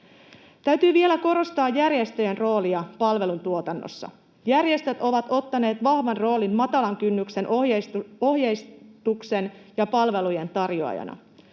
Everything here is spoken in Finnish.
Täytyy vielä korostaa järjestöjen roolia palveluntuotannossa. Järjestöt ovat ottaneet vahvan roolin matalan kynnyksen ohjeistuksen ja palvelujen tarjoajana.